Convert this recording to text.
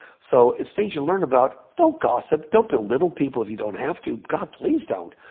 so it's things you learn about. don't gossip, don't belittle people if you don't have to. god, please don't.